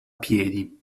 piedi